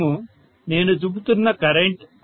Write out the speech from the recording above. మరియు నేను చూపుతున్న కరెంట్ 100 A